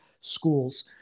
schools